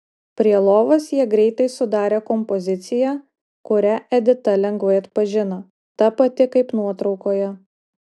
prie lovos jie greitai sudarė kompoziciją kurią edita lengvai atpažino ta pati kaip nuotraukoje